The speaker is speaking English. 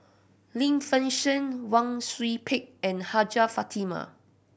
Lim Fei Shen Wang Sui Pick and Hajjah Fatimah